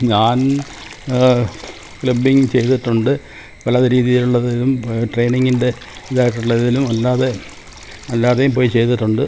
ഞാൻ ക്ലബിംഗ് ചെയ്തിട്ടുണ്ട് പലത് രീതിയിലുള്ളതിലും ട്രെയിനിംഗിൻ്റെ ഇതായിട്ടുള്ളതിലും അല്ലാതെ അല്ലാതെയും പോയി ചെയ്തിട്ടുണ്ട്